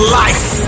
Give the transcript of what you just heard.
life